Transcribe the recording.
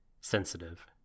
sensitive